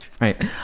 right